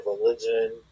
religion